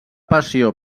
passió